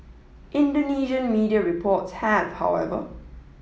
Indonesian media reports have however